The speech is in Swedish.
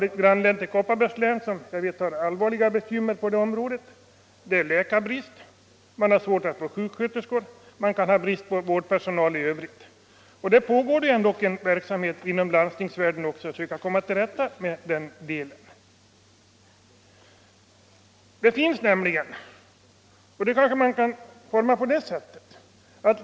Ett grannlän till Kopparbergs län har allvarliga bekymmer i det avseendet. Det är läkarbrist. Man har svårt att få sjuksköterskor, och man kan ha brist på vårdpersonal i övrigt. Det pågår ändå inom landstingen en verksamhet för att komma till rätta med dessa problem.